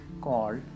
called